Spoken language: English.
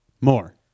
More